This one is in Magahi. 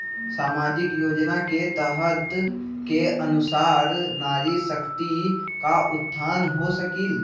सामाजिक योजना के तहत के अनुशार नारी शकति का उत्थान हो सकील?